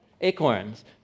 Acorns